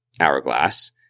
hourglass